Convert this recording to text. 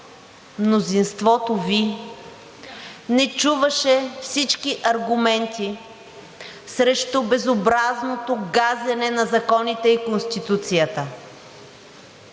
мнозинството Ви не чуваше всички аргументи срещу безобразното газене на законите и Конституцията.